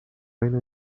reino